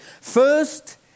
First